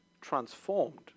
transformed